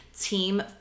Team